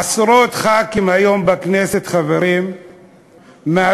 עשרות ח"כים היום בכנסת הם חברים מהתקופה